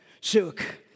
Shook